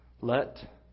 let